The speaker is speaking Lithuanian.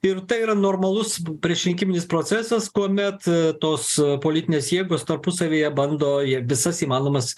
ir tai yra normalus priešrinkiminis procesas kuomet tos politinės jėgos tarpusavyje bando visas įmanomas